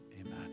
Amen